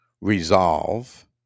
resolve